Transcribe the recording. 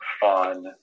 fun